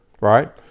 Right